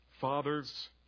fathers